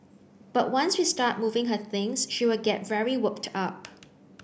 but once we start moving her things she will get very worked up